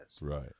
Right